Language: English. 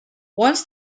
once